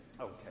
Okay